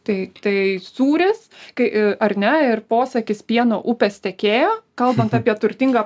taip tai sūris kai ar ne ir posakis pieno upės tekėjo kalbant apie turtingą